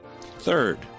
Third